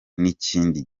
n’ikindi